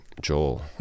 Joel